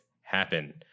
happen